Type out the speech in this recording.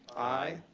aye.